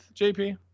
JP